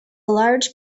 large